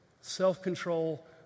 self-control